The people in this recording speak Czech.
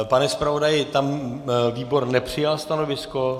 Pane zpravodaji, tam výbor nepřijal stanovisko?